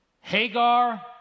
Hagar